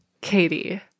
Katie